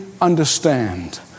understand